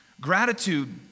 Gratitude